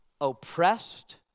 oppressed